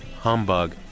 Humbug